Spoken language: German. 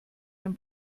den